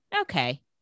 Okay